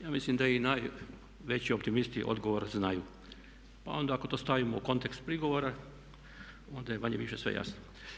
Ja mislim da i najveći optimisti odgovor znaju, pa onda ako to stavimo u kontekst prigovora, onda je manje-više sve jasno.